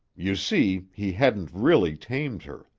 you see, he hadn't really tamed her.